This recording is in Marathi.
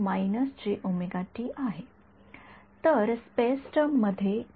तर स्पेस टर्म मध्ये आहे